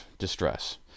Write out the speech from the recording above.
distress